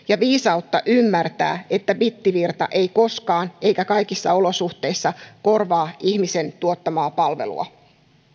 ja viisautta ymmärtää että bittivirta ei koskaan eikä kaikissa olosuhteissa korvaa ihmisen tuottamaa palvelua